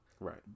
Right